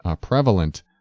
prevalent